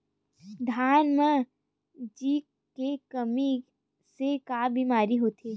धान म जिंक के कमी से का बीमारी होथे?